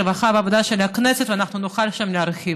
הרווחה של הכנסת ואנחנו נוכל שם להרחיב.